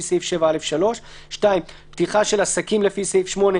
סעיף 7(א)(3); (2)פתיחה של עסקים לפי סעיף 8,